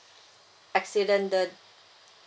accidental